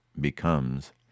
becomes